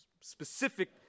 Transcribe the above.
specific